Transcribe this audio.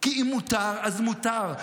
כי אם מותר אז מותר,